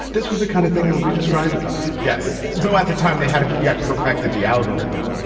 this was the kind of thing that would be described about her yes. though at the time they hadn't yet perfected the algorithm.